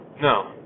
No